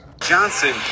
Johnson